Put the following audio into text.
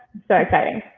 so exciting.